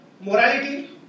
morality